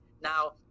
Now